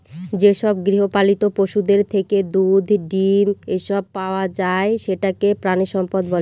যেসব গৃহপালিত পশুদের থেকে ডিম, দুধ, এসব পাওয়া যায় সেটাকে প্রানীসম্পদ বলে